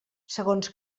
segons